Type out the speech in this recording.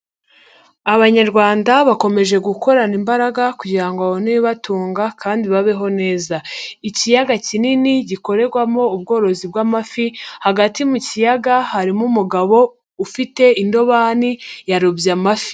Abanyarwanda bakomeje gukorana imbaraga kugira ngo babone ibibatunga kandi babeho neza, ikiyaga kinini gikorerwamo ubworozi bw'amafi, hagati mu kiyaga harimo umugabo ufite indobani yarobye amafi.